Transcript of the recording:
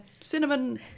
Cinnamon